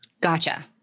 Gotcha